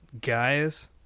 guys